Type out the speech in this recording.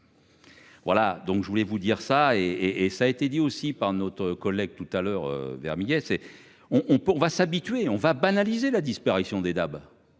Voilà donc je voulais vous dire ça et et ça a été dit aussi par notre collègue tout à l'heure vers midi et c'est on, on va s'habituer on va banaliser la disparition des DAB.